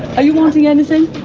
are you wanting anything?